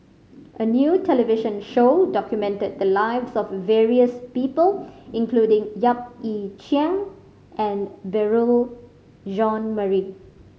a new television show documented the lives of various people including Yap Ee Chian and Beurel Jean Marie